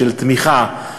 של תמיכה,